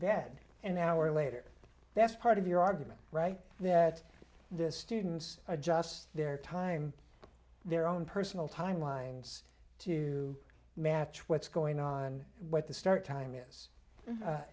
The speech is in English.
bed an hour later that's part of your argument right that this students are just their time their own personal time lines to match what's going on what the start time is